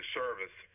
service